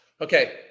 Okay